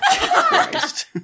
Christ